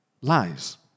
lies